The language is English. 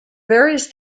various